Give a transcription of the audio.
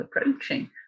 approaching